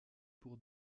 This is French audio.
pour